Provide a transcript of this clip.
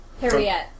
Harriet